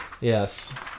Yes